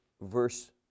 verse